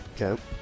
Okay